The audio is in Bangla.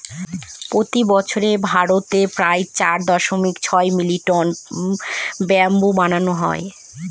প্রতি বছর ভারতে প্রায় চার দশমিক ছয় মিলিয়ন টন ব্যাম্বু বানানো হয়